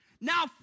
Now